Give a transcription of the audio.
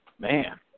Man